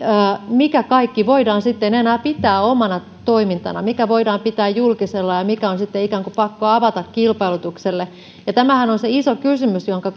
mikä kaikki voidaan sitten enää pitää omana toimintana mikä voidaan pitää julkisella ja ja mikä on sitten ikään kuin pakko avata kilpailutukselle ja tämähän on se iso kysymys jonka